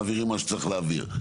מעבירים מה שצריך להעביר.